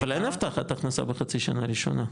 אבל אין הבטחת הכנסה בחצי שנה הראשונה.